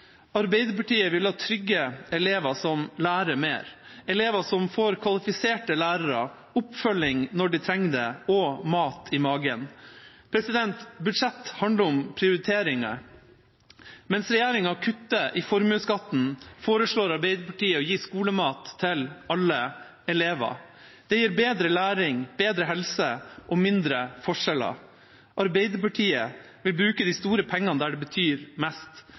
Arbeiderpartiet vil ha trygge elever som lærer mer, elever som får kvalifiserte lærere, oppfølging når de trenger det, og mat i magen. Budsjett handler om prioriteringer. Mens regjeringa kutter i formuesskatten, foreslår Arbeiderpartiet å gi skolemat til alle elever. Det gir bedre læring, bedre helse og mindre forskjeller. Arbeiderpartiet vil bruke de store pengene der det betyr mest.